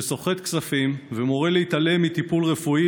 שסוחט כספים ומורה להתעלם מטיפול רפואי